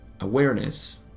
awareness